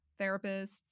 therapists